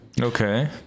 Okay